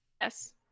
Yes